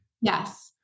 Yes